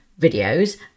videos